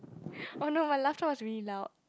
no her laughter was really loud